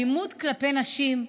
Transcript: אלימות כלפי נשים,